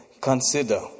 consider